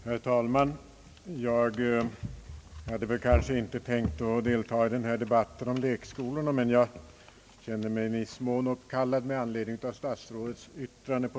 Herr talman! Jag hade inte tänkt delta i denna debatt om lekskolorna, men jag känner mig i viss mån uppkallad med anledning av statsrådets yttrande.